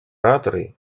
ораторы